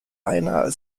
einer